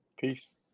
Peace